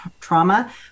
trauma